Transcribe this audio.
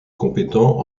compétents